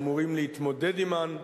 אמורים להתמודד עמן.